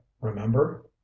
remember